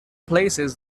places